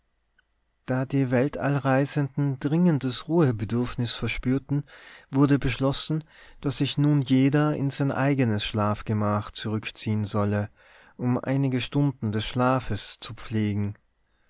da die weltallreisenden dringendes ruhebedürfnis verspürten wurde beschlossen daß sich nun jeder in sein eigenes schlafgemach zurückziehen solle um einige stunden des schlafes zu pflegen